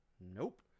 Nope